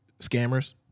scammers